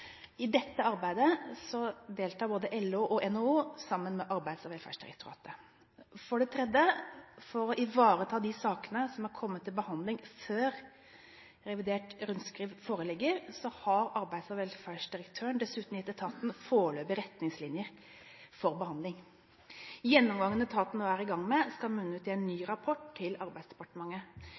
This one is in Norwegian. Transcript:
I dette arbeidet deltar både LO og NHO sammen med Arbeids- og velferdsdirektoratet. For det tredje: For å ivareta de sakene som kommer til behandling før revidert rundskriv foreligger, har arbeids- og velferdsdirektøren dessuten gitt etaten foreløpige retningslinjer for behandling. Gjennomgangen etaten nå er i gang med, skal munne ut i en ny rapport til Arbeidsdepartementet.